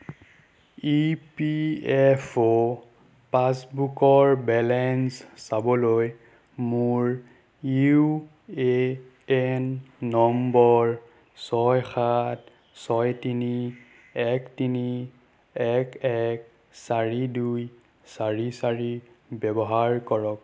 ই P F O পাছবুকৰ balance চাবলৈ মোৰ ইউ এ এন নম্বৰ ছয় সাত ছয় তিনি এক তিনি এক এক চাৰি দুই চাৰি চাৰি ব্যৱহাৰ কৰক